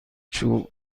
چوب